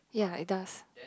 ya it does